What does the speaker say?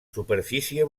superfície